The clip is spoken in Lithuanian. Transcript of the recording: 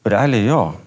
realiai jo